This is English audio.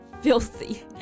Filthy